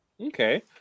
Okay